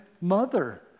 mother